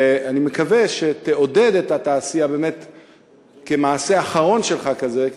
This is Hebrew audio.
ואני מקווה שתעודד את התעשייה כמעשה אחרון שלך כזה,